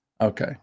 okay